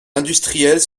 industriels